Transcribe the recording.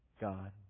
God